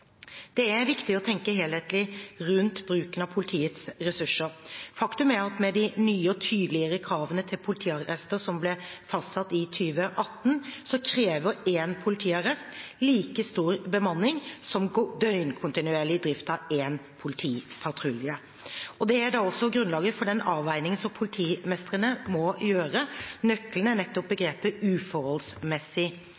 Det er viktig å tenke helhetlig rundt bruken av politiets ressurser. Faktum er at med de nye og tydeligere kravene til politiarrester som ble fastsatt i 2018, krever én politiarrest like stor bemanning som døgnkontinuerlig drift av én politipatrulje. Det er da også grunnlaget for den avveiningen som politimestrene må gjøre. Nøkkelen er nettopp